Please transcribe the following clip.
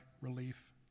relief